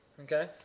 Okay